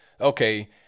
Okay